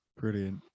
Brilliant